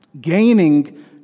gaining